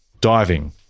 Diving